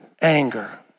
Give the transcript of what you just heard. anger